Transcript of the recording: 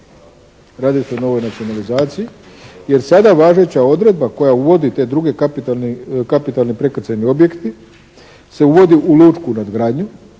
radi se o novoj nacionalizaciji jer sada važeća odredba koja uvodi te druge kapitalne prekrcajne objekte se uvodi u lučku nadgradnju